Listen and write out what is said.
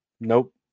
nope